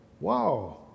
Wow